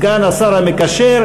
סגן השר המקשר,